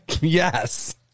Yes